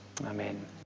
Amen